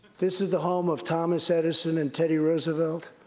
this is the home of thomas edison and teddy roosevelt,